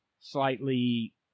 slightly